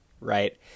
right